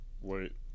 wait